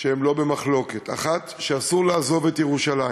שהן לא במחלוקת: 1. שאסור לעזוב את ירושלים.